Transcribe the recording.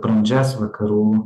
brandžias vakarų